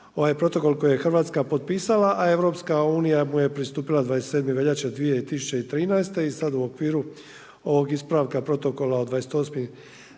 ovaj protokol koji je Hrvatska potpisala, a EU mu je pristupila 27. veljače 2013. I sad u okviru ovog ispravka protokola od 28.